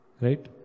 Right